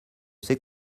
sais